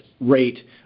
rate